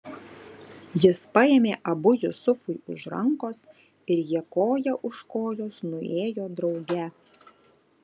jis paėmė abu jusufui už rankos ir jie koja už kojos nuėjo drauge